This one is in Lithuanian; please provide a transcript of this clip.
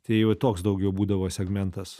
tai va toks daugiau būdavo segmentas